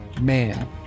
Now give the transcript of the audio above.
man